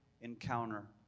encounter